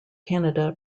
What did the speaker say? canada